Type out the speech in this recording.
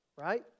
right